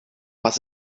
was